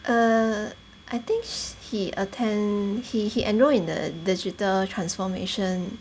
err I think he attend he he enrolled in the digital transformation